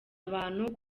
abantu